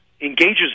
engages